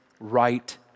Right